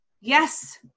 yes